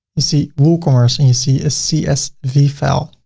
you see woocommerce and you see a csv file.